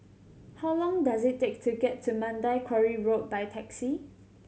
how long does it take to get to Mandai Quarry Road by taxi